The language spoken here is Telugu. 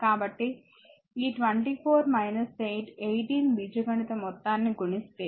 కాబట్టి ఈ 24 8 18 బీజగణిత మొత్తాన్ని జోడిస్తే